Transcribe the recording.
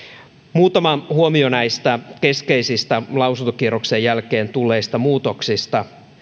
muutama huomio näistä keskeisistä lausuntokierroksen jälkeen tulleista muutoksista